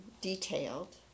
detailed